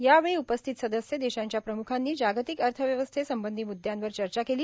या वेळी उपस्थित सदस्य देशांच्या प्रम्खांनी जागतिक अर्थव्यवस्थे संबंधी मुद्यांवर चर्चा केली